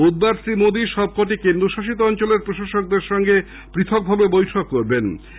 বুধবার শ্রী মোদী সবকটি কেন্দ্রশাসিত অঞ্চলের প্রশাসকদের সঙ্গে পথকভাবে বৈঠক করবেন